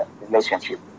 relationship